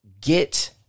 get